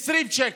20 שקל.